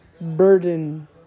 burden